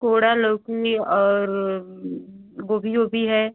कोहरा लौकी और गोभी ओभी है